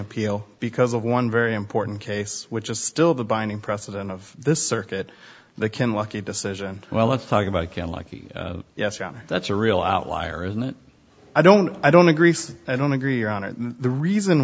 appeal because of one very important case which is still the binding precedent of this circuit that can lucky decision well let's talk about yes yeah that's a real outlier isn't it i don't i don't agree i don't agree on it and the reason